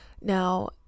now